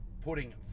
putting